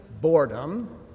boredom